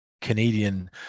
Canadian